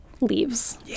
leaves